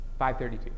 532